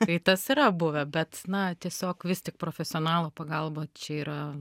tai tas yra buvę bet na tiesiog vis tik profesionalo pagalba čia yra